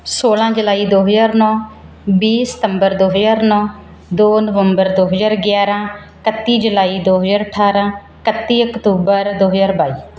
ਸੋਲ੍ਹਾਂ ਜੁਲਾਈ ਦੋ ਹਜ਼ਾਰ ਨੌਂ ਵੀਹ ਸਤੰਬਰ ਦੋ ਹਜ਼ਾਰ ਨੌਂ ਨਵੰਬਰ ਦੋ ਹਜ਼ਾਰ ਗਿਆਰਾਂ ਇਕੱਤੀ ਜੁਲਾਈ ਦੋ ਹਜ਼ਾਰ ਅਠਾਰਾਂ ਇਕੱਤੀ ਅਕਤੂਬਰ ਦੋ ਹਜ਼ਾਰ ਬਾਈ